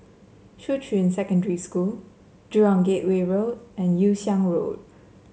Shuqun Secondary School Jurong Gateway Road and Yew Siang Road